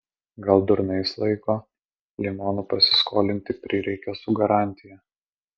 gal durnais laiko limonų pasiskolinti prireikė su garantija